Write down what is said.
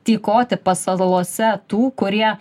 tykoti pasalose tų kurie